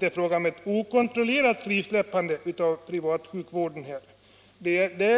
det var fråga om ett okontrollerat frisläppande av privatsjukvården.